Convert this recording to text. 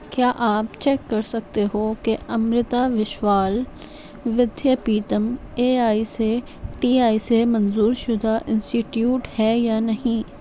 کیا آپ چیک کر سکتے ہو کہ Amrita Vishwa Vidyapeetham A I C T E سے منظور شدہ انسٹیٹیوٹ ہے یا نہیں